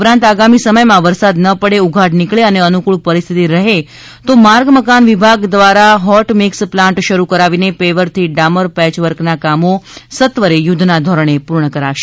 ઉપરાંત આગામી સમયમાં વરસાદ ન પડે ઉઘાડ નિકળે અને અનૂકૂળ પરિસ્થિતિ રહે તો માર્ગ મકાન વિભાગ દ્વારા હોટ મીક્સ પ્લાન્ટ શરૂ કરાવીને પેવરથી ડામર પેચવર્કના કામો સત્વરે યુદ્ધના ધોરણે પૂર્ણ કરાશે